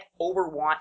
Overwatch